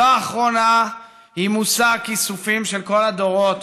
זו האחרונה היא מושא כיסופים של כל הדורות,